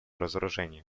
разоружения